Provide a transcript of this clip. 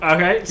Okay